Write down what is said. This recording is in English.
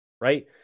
right